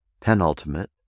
Penultimate